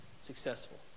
successful